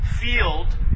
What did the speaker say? field